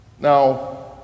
now